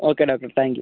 okay doctor thank you